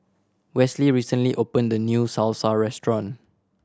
Westley recently opened a new Salsa Restaurant